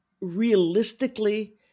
realistically